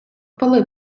пилип